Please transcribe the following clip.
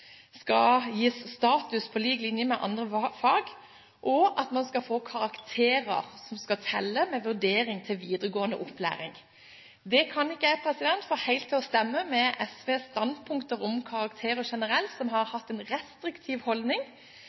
skal gis status på lik linje med andre fag, og at man skal få karakterer som skal telle med i vurderingen til videregående opplæring. Det kan jeg ikke få helt til å stemme med SVs standpunkt om karakterer generelt, for de har hatt en restriktiv holdning